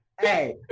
Hey